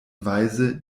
weise